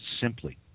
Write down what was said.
simply